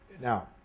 Now